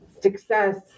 success